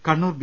Kannur B